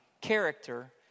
character